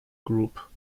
group